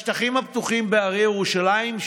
בשטחים הפתוחים בהרי ירושלים,